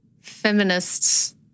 feminists